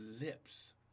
lips